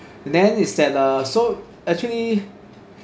then is that uh so actually